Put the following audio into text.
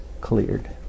cleared